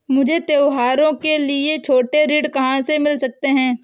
मुझे त्योहारों के लिए छोटे ऋण कहाँ से मिल सकते हैं?